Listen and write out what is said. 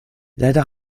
leider